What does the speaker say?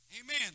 Amen